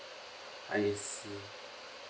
I see